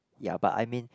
ya but I mean